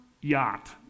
yacht